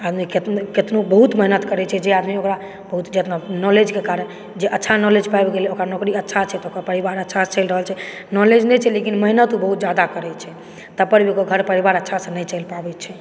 आदमी केतनो बहुत मेहनत करै छै जे आदमी ओकरा बहुत नॉलेजके कारण जे अच्छा नॉलेज पाबि गेलै ओकर नौकरी अच्छा छै तऽ ओकर परिवार अच्छासँ चलि रहल छै नॉलेज नहि छै लेकिन मेहनत बहुत जादा छै तऽ तब पर भी ओकर घर परिवार अच्छा से नइ चइल पाबय छै